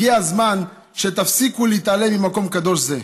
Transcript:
הגיע הזמן שתפסיקו להתעלם ממקום קדוש זה.